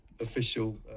official